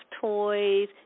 toys